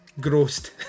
grossed